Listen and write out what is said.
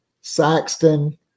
Saxton